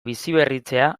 biziberritzea